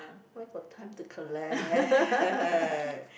where got time to collect~